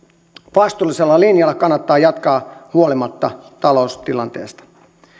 vastuullisella linjalla kannattaa jatkaa huolimatta taloustilanteesta